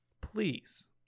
Please